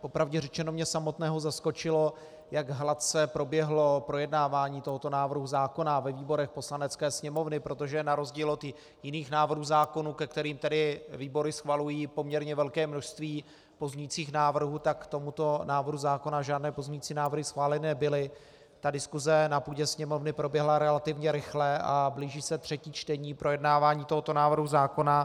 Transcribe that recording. po pravdě řečeno, mě samotného zaskočilo, jak hladce proběhlo projednávání tohoto návrhu zákona ve výborech Poslanecké sněmovny, protože na rozdíl od jiných návrhů zákonů, ke kterým výbory schvalují poměrně velké množství pozměňovacích návrhů, tak k tomuto návrhu zákona žádné pozměňovací návrhy schváleny nebyly, diskuse na půdě Sněmovny proběhla relativně rychle a blíží se třetí čtení projednávání tohoto návrhu zákona.